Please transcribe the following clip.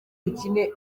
dukine